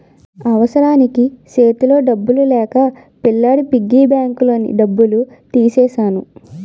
అవసరానికి సేతిలో డబ్బులు లేక పిల్లాడి పిగ్గీ బ్యాంకులోని డబ్బులు తీసెను